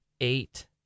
eight